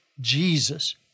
Jesus